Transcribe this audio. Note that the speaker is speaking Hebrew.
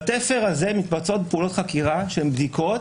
בתפר הזה מתבצעות פעולות חקירה שהן בדיקות